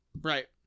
Right